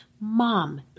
Mom